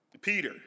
Peter